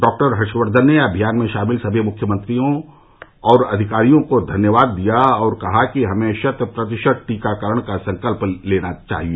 doctor Harshvardhan ने अमियान में शामिल सभी मुख्यमंत्रियों और अधिकारियों को धन्यवाद दिया और कहा कि हमें शत प्रतिशत टीकाकरण का संकल्प लेना चाहिए